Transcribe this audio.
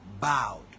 bowed